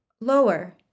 lower